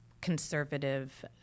conservative